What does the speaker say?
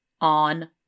on